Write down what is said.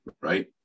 Right